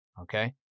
Okay